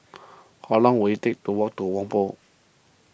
how long will it take to walk to Whampoa